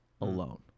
alone